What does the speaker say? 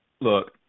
Look